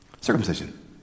Circumcision